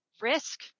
risk